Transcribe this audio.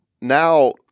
now